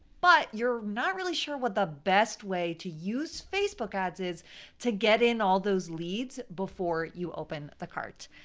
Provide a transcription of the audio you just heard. but you're not really sure what the best way to use facebook ads is to get in all those leads before you open the cart.